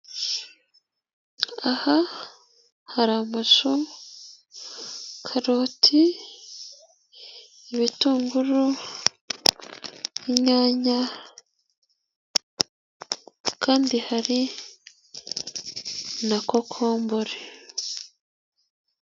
Aha hari amashu, karoti, ibitunguru, inyanya, kandi hari na kokombure.